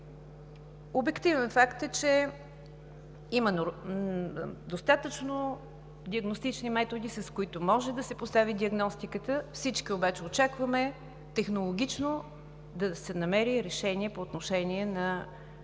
Обективен факт е, че има достатъчно диагностични методи, с които може да се постави диагнозата. Всички обаче очакваме да се намери технологично решение по отношение на